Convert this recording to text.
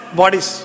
bodies